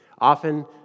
Often